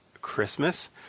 Christmas